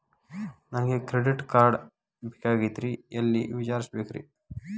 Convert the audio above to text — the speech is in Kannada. ನನಗೆ ಕ್ರೆಡಿಟ್ ಕಾರ್ಡ್ ಬೇಕಾಗಿತ್ರಿ ಎಲ್ಲಿ ವಿಚಾರಿಸಬೇಕ್ರಿ?